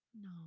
No